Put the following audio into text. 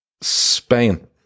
Spain